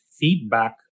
feedback